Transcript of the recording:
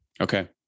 Okay